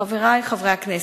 חברי חברי הכנסת,